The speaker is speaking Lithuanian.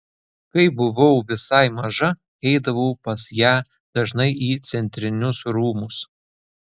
kai buvau visai maža eidavau pas ją dažnai į centrinius rūmus